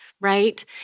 Right